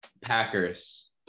Packers